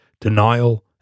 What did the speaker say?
Denial